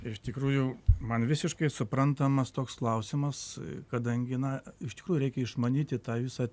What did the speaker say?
iš tikrųjų man visiškai suprantamas toks klausimas kadangi na iš tikrųjų reikia išmanyti tą visą